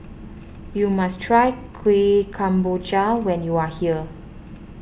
you must try Kuih Kemboja when you are here